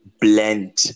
blend